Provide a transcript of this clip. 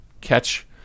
catch